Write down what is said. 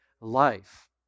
life